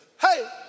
hey